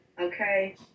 okay